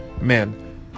Man